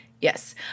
Yes